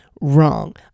wrong